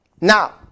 Now